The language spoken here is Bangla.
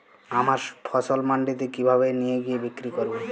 আমার ফসল মান্ডিতে কিভাবে নিয়ে গিয়ে বিক্রি করব?